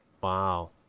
wow